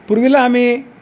पूर्वीला आम्ही